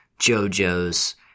JoJo's